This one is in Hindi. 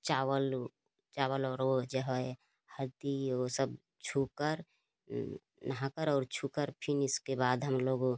चावल चावल और वह जो है हल्दी वह सब छू कर नहा कर और छू कर फिर इसके बाद हम लोग